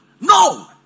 No